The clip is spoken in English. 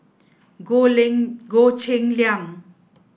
Goh Lin Goh Cheng Liang